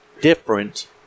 different